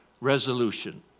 resolution